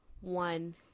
one